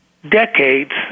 Decades